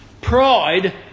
Pride